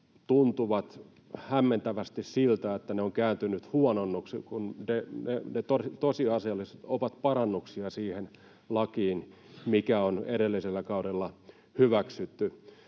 tuntuu hämmentävästi siltä, että ne muutokset ovat kääntyneet huononnuksiksi, vaikka ne tosiasiallisesti ovat parannuksia siihen lakiin, mikä on edellisellä kaudella hyväksytty.